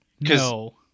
no